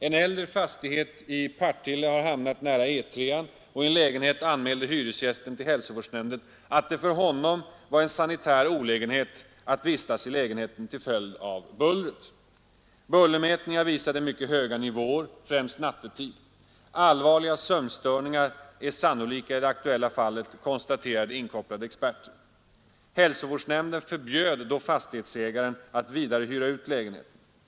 En äldre fastighet i Partille har hamnat nära E 3, och i en lägenhet anmälde hyresgästen till hälsovårdsnämnden, att det för honom var en sanitär olägenhet att vistas i lägenheten till följd av bullret. Bullermätningar visade mycket höga nivåer — främst nattetid. Allvarliga sömnstörningar är sannolika i det aktuella fallet, konstaterade inkopplade experter. Hälsovårdsnämnden förbjöd då fastighetsägaren att vidare hyra ut lägenheten.